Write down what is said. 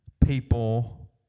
people